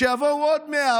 כשבעצם אלו הם פניה של הממשלה,